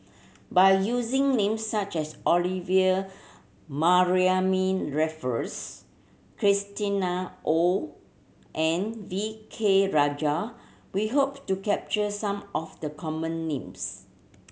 by using names such as Olivia Mariamne Raffles Christina Ong and V K Rajah we hope to capture some of the common names